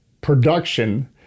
production